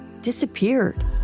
disappeared